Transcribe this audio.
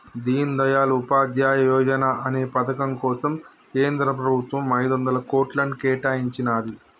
దీన్ దయాళ్ ఉపాధ్యాయ యోజనా అనే పథకం కోసం కేంద్ర ప్రభుత్వం ఐదొందల కోట్లను కేటాయించినాది